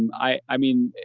and i i mean,